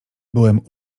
byłem